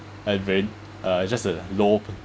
adrenaline uh it's just a low